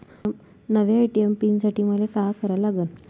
नव्या ATM PIN साठी मले का करा लागन?